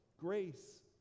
grace